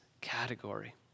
category